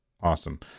Awesome